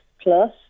plus